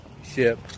ship